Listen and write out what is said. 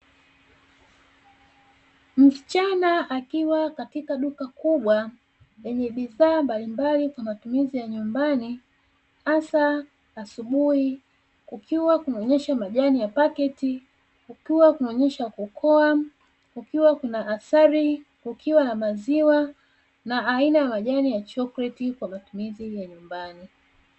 Msichana akiwa katika duka kubwa lenye bidhaa mbalimbali kwa matumizi ya nyumbani, hasa asubuhi kukiwa kunaonyesha majani ya pakiti, kukiwa kunaonyesha kokoa, kukiwa kuna asali, kukiwa na maziwa na aina ya majani ya chokoleti kwa matumizi ya nyumbani.